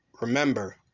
remember